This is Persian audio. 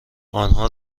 آنها